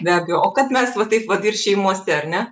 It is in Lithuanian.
be abejo o kad mes va taip vat ir šeimose ar ne